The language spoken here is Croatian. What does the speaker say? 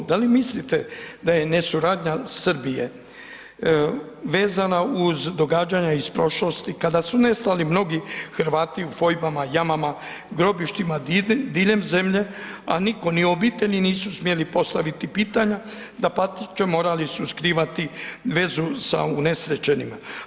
Da li mislite da je nesuradnja Srbije, vezana uz događanja iz prošlosti kada su nestali mnogi Hrvati u fojbama, jamama, grobištima diljem zemlje, a nitko, ni obitelji nisu smjeli postaviti pitanja, dapače morali su skrivati vezu sa unesrećenima.